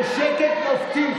איך אתם לא מתביישים?